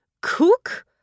Cook